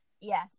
Yes